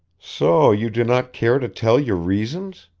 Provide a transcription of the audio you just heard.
so you do not care to tell your reasons!